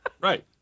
Right